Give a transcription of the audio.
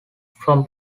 from